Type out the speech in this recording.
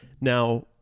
Now